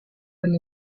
del